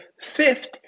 fifth